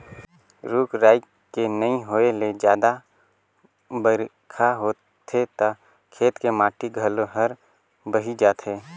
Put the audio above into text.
रूख राई के नइ होए ले जादा बइरखा होथे त खेत के माटी घलो हर बही जाथे